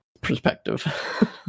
perspective